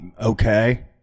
Okay